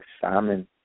Simon